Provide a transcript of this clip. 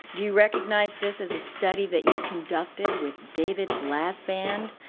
do you recognize this as a study that you conducted with david blasband,